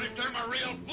them are real